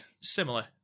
similar